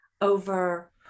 over